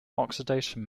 oxidation